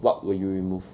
what would you remove